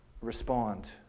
Respond